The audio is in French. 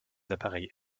appareils